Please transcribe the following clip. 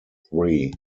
three